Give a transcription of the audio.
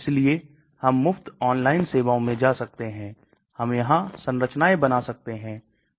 इसलिए हमने देखा की घुलनशीलता मैं सुधार करने के लिए विभिन्न रणनीतियां क्या है